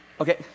Okay